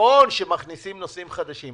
נכון שמכניסים נושאים חדשים.